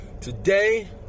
today